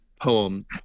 Poem